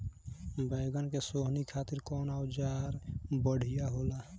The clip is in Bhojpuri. बैगन के सोहनी खातिर कौन औजार बढ़िया होला?